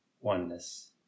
oneness